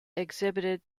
exhibited